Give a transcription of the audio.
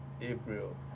April